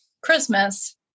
Christmas